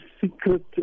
secret